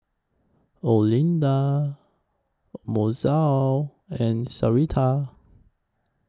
Olinda Mozelle and Sarita